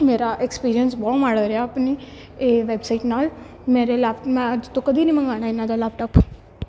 ਮੇਰਾ ਐਕਸਪੀਰੀਅੰਸ ਬਹੁਤ ਮਾੜਾ ਰਿਹਾ ਆਪਣੀ ਇਹ ਵੈਬਸਾਈਟ ਨਾਲ ਮੇਰੇ ਲੈਪ ਮੈਂ ਅੱਜ ਤੋਂ ਕਦੀ ਨਹੀਂ ਮੰਗਾਉਣਾ ਇਹਨਾਂ ਦਾ ਲੈਪਟਾਪ